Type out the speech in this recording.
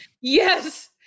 Yes